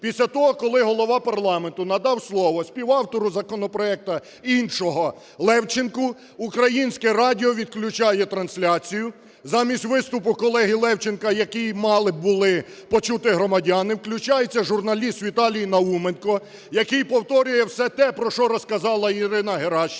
Після того, коли голова парламенту надав слово співавтору законопроекту іншого Левченку, Українське радіо відключає трансляцію, замість виступу колеги Левченка, який мали були почути громадяни, включається журналіст Віталій Науменко, який повторює все те, про що розказала Ірина Геращенко,